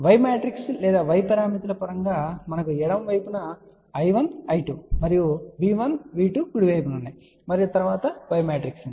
Y matrix లేదా Y పారామితుల పరంగా మనకు ఎడమ వైపున I1 I2 మరియు V1 V2 కుడి వైపున ఉన్నాయి మరియు తరువాత Y మ్యాట్రిక్స్ ఉంది